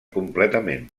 completament